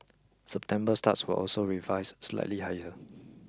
September starts were also revised slightly higher